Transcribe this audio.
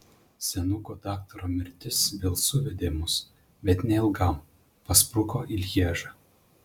senuko daktaro mirtis vėl suvedė mus bet neilgam paspruko į lježą